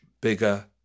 bigger